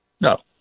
no